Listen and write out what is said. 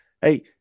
Hey